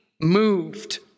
moved